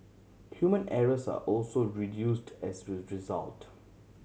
human errors are also reduced as a result